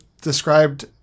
described